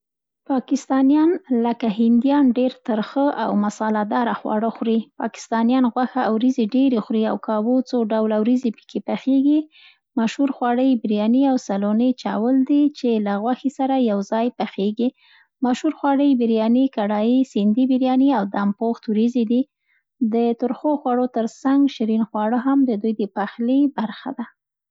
پاکستانیان، لکه هندیان ډېر ترخه او مصاله داره خواړه خوري. پاکستانیان غوښه او وریځي ډېرې خوري او کابو څو ډوله وریخي پکې پخېږي. مشهور خواړه یې بریاني او سلونې چاول دي چې له غوښې سره یو ځای پخېږي. مشهور خواړه یې بریاني، کرایي، سندي بریاني او دم پخت وریځي دي. د ترخو خوړو تر څنګ شیرین خواړه هم د دوي د پخلي برخه ده.